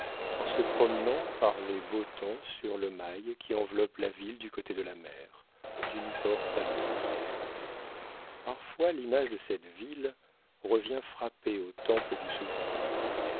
en se promenant par les beaux temps sur le mail qui enveloppe la ville du côté de la mer d'une porte à l'autre parfois l'image de cette ville revient frapper au temple du souvenir